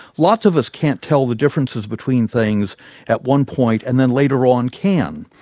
lots of us can't tell the differences between things at one point, and then later on, can.